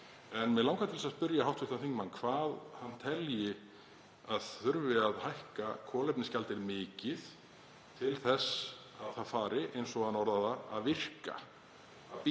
Mig langar til að spyrja hv. þingmann hvað hann telji að þurfi að hækka kolefnisgjaldið mikið til þess að það fari, eins og hann orðar það, að virka, að bíta,